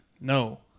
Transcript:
no